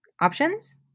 Options